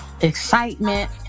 excitement